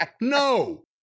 No